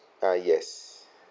uh yes